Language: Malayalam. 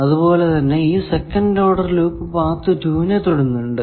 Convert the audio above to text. അതുപോലെ ഈ സെക്കന്റ് ഓർഡർ ലൂപ്പ് പാത്ത് 2 നെ തൊടുന്നുണ്ട്